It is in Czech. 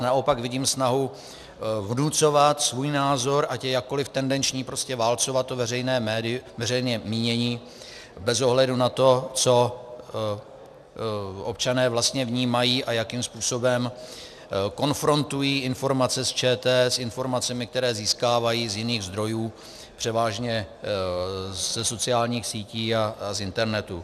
Naopak vidím snahu vnucovat svůj názor, ať je jakkoliv tendenční, prostě válcovat to veřejné mínění bez ohledu na to, co občané vlastně vnímají a jakým způsobem konfrontují informace z ČT s informacemi, které získávají z jiných zdrojů, převážně ze sociálních sítí a z internetu.